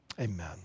Amen